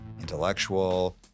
intellectual